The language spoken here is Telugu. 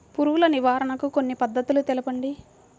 పురుగు నివారణకు కొన్ని పద్ధతులు తెలుపండి?